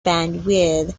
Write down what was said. bandwidth